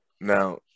now